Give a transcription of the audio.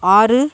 ஆறு